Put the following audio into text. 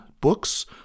books